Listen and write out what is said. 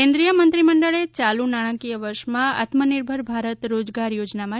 કેન્દ્રિય મંત્રીમંડળે ચાલુ નાણાકીય વર્ષમાં આત્મનિર્ભર ભારત રોજગાર યોજના માટે